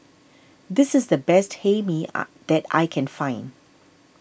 this is the best Hae Mee that I can find